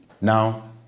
Now